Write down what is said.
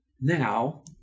Now